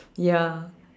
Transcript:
ya